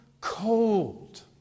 cold